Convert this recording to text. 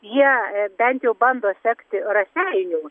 jie bent jau bando sekti raseinių